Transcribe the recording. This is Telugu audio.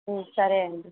సరే అండీ